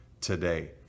today